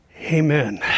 Amen